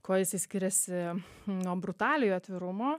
kuo jisai skiriasi nuo brutaliojo atvirumo